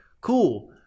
cool